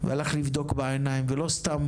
והלך לבדוק בעיניים, ולא סתם